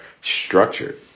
structured